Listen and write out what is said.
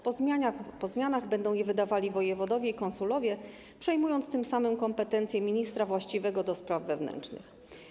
Po zmianach będą je wydawali wojewodowie i konsulowie, przejmując tym samym kompetencje ministra właściwego do spraw wewnętrznych.